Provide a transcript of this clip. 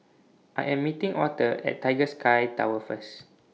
I Am meeting Authur At Tiger Sky Tower First